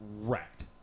wrecked